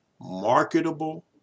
marketable